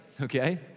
okay